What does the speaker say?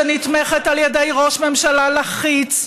שנתמכת על ידי ראש ממשלה לחיץ,